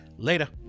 Later